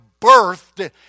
birthed